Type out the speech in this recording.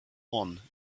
one